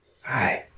Hi